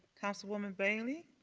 councilwoman bailey.